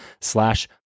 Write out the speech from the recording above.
slash